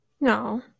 No